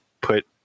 put